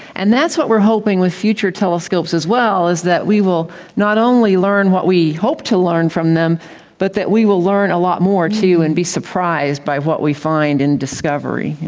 and that's what we are hoping with future telescopes as well, is that we will not only learn what we hope to learn from them but that we will learn a lot more too and be surprised by what we find in discovery.